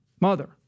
mother